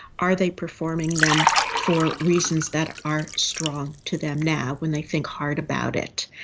are they performing them for reasons that are are strong to them now when they think hard about it?